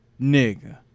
Nigga